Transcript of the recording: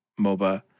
MOBA